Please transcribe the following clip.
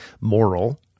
Moral